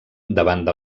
davant